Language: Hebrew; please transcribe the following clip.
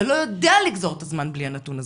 אתה לא יודע לגזור את הזמן בלי הנתון הזה,